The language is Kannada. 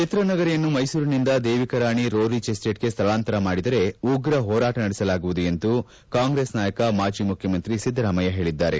ಚಿತ್ರನಗರಿಯನ್ನು ಮೈಸೂರಿನಿಂದ ದೇವಿಕಾರಾಣಿ ರೋರಿಚ್ ಎಸ್ಟೇಟ್ಗೆ ಸ್ಹಳಾಂತರ ಮಾಡಿದರೆ ಉಗ್ರ ಹೋರಾಟ ನಡೆಸಲಾಗುವುದು ಎಂದು ಕಾಂಗ್ರೆಸ್ ನಾಯಕ ಮಾಜಿ ಮುಖ್ಯಮಂತ್ರಿ ಸಿದ್ದರಾಮಯ್ಯ ಹೇಳದ್ದಾರೆ